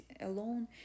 alone